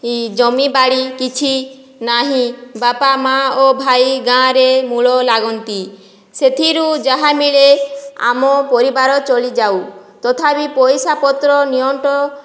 କି ଜମିବାଡ଼ି କିଛି ନାହିଁ ବାପା ମା' ଓ ଭାଇ ଗାଁରେ ମୂଲ ଲାଗନ୍ତି ସେଥିରୁ ଯାହା ମିଳେ ଆମ ପରିବାର ଚଳିଯାଉ ତଥାପି ପଇସାପତ୍ର ନିଅଣ୍ଟ